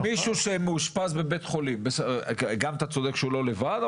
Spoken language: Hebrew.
אתה צודק שהוא לא לבד,